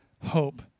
hope